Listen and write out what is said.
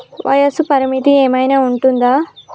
వయస్సు పరిమితి ఏమైనా ఉంటుందా?